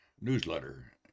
newsletter